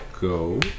go